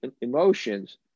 emotions